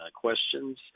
questions